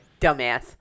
dumbass